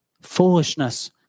Foolishness